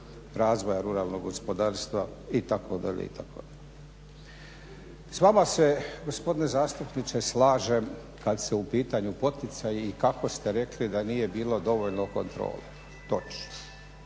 razvoja, ruralnog gospodarstva itd. itd. S vama se gospodine zastupniče slažem kad su u pitanju poticaji i kako ste rekli da nije bilo dovoljno kontrole. Točno.